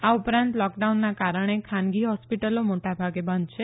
આ ઉપરાંત લોકડાઉનના કારણે ખાનગી હોસ્પિટલો મોટાભાગે બંધ છે